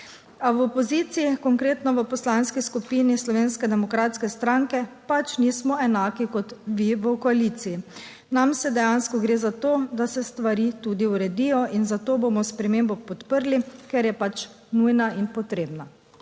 A v opoziciji, konkretno v Poslanski skupini Slovenske demokratske stranke pač nismo enaki kot vi v koaliciji. Nam se dejansko gre za to, da se stvari tudi uredijo in zato bomo spremembo podprli, ker je pač nujna in potrebna.